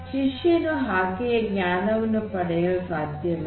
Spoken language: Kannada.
ಶಿಷ್ಯನು ಹಾಗೆಯೇ ಜ್ಞಾನವನ್ನು ಪಡೆಯಲು ಸಾಧ್ಯವಿಲ್ಲ